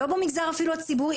לא במגזר הציבורי אפילו,